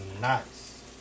nice